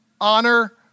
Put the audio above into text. honor